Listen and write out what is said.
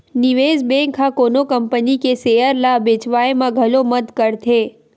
निवेस बेंक ह कोनो कंपनी के सेयर ल बेचवाय म घलो मदद करथे